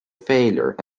failure